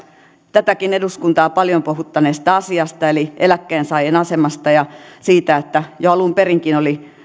tätäkin eduskuntaa paljon puhuttaneesta asiasta eli eläkkeensaajien asemasta ja siitä että jo alun perinkin oli